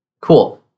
Cool